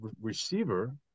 receiver